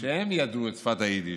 שידעו את שפת היידיש.